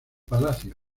palacio